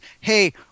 Hey